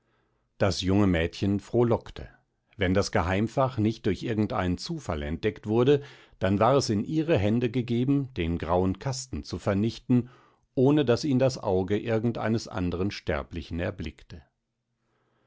das junge mädchen frohlockte wenn das geheimfach nicht durch irgend einen zufall entdeckt wurde dann war es in ihre hände gegeben den grauen kasten zu vernichten ohne daß ihn das auge irgend eines anderen sterblichen erblickte